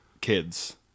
kids